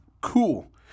Cool